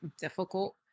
difficult